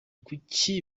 kuki